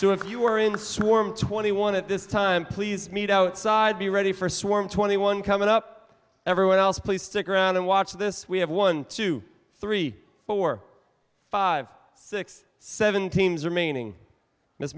the swarm twenty one at this time please meet outside be ready for swarm twenty one coming up everyone else please stick around and watch this we have one two three four five six seven teams remaining